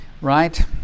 Right